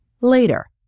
later